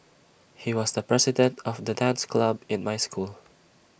he was the president of the dance club in my school